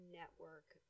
network